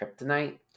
kryptonite